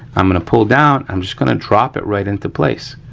i'm gonna pull down, i'm just gonna drop it right into place,